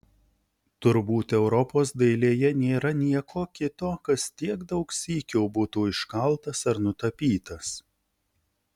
turbūt europos dailėje nėra nieko kito kas tiek daug sykių būtų iškaltas ar nutapytas